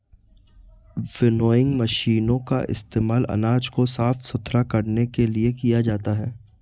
winnowing मशीनों का इस्तेमाल अनाज को साफ सुथरा करने के लिए किया जाता है